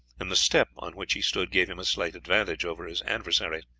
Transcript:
and the step on which he stood gave him a slight advantage over his adversaries.